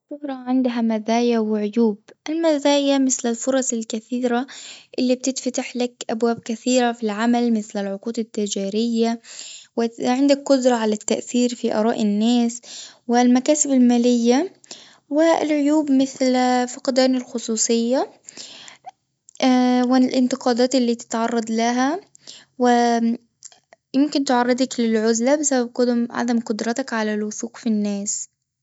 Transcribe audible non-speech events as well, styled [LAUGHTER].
الشهرة عندها مزايا وعيوب، المزايا مثل الفرص الكثيرة اللي بتفتح لك أبواب كثيرة في العمل مثل العقود التجارية، عندك قدرة على التأثير في آراء الناس، والمكاسب المالية والعيوب مثل [HESITATION] فقدان الخصوصية [HESITATION] والانتقادات اللي بتتعرض لها، ويمكن تعرضك للعزلة بسبب قد- عدم قدرتك على الوثوق في الناس.